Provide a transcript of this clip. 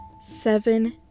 Seven